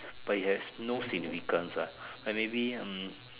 but it has no significance what like maybe hmm